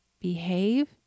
behave